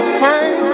time